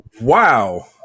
Wow